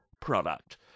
product